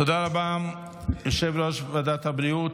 תודה רבה, יושב-ראש ועדת הבריאות.